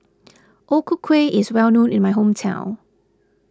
O Ku Kueh is well known in my hometown